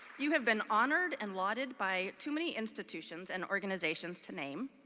you have been honored and lauded by too many institutions and organizations to name,